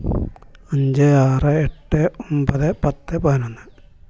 അഞ്ച് ആറ് എട്ട് ഒമ്പത് പത്ത് പതിനൊന്ന്